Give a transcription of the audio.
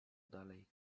dalej